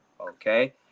Okay